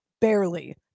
Barely